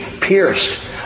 pierced